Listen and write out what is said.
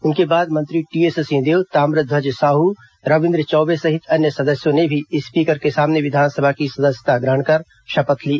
उनके बाद मंत्री टीएस सिंहदेव ताम्रध्वज साहू रविन्द्र चौर्ष सहित अन्य सदस्यों ने भी स्पीकर के सामने विधानसभा की सदस्यता ग्रहण कर शपथ ली